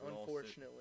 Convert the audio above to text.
Unfortunately